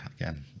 again